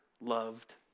loved